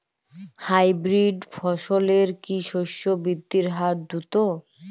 Hybrid ফসলের কি শস্য বৃদ্ধির হার দ্রুত?